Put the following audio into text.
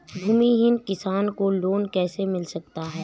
भूमिहीन किसान को लोन कैसे मिल सकता है?